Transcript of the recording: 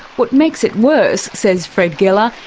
what makes it worse, says fred gela,